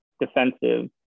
defensive